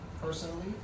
personally